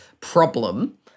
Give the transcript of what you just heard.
problem